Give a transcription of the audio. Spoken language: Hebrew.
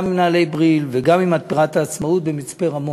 גם עם נעלי "בריל" וגם עם מתפרת "העצמאות" במצפה-רמון.